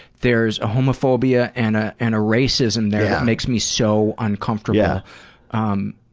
there's a homophobia and ah and a racism there that makes me so uncomfortable. yeah um